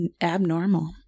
abnormal